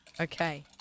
Okay